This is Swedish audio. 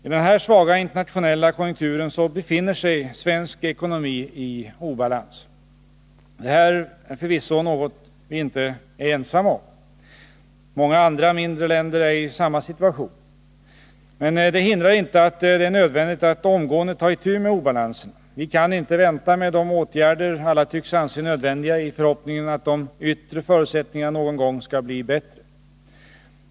I denna svaga internationella konjunktur befinner sig svensk ekonomi i obalans. Detta är förvisso något vi inte är ensamma om. Många andra, mindre länder är i samma situation. Men det hindrar inte att det är nödvändigt att omgående ta itu med obalanserna. Vi kan inte vänta med de åtgärder alla tycks anse nödvändiga, i förhoppningen att de yttre förutsättningarna någon gång skall bli bättre.